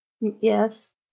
Yes